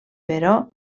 però